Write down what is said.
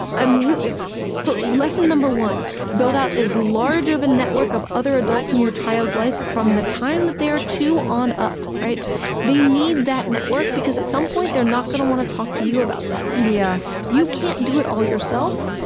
i'm really lesson number one build out as large of a network of other adults in your child's life, from the time that they're two on up. they need that network, because at some point, they're not going to want to talk to you about something. yeah you can't do it all yourself,